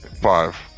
Five